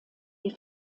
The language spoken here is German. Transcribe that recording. die